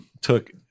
took